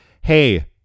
Hey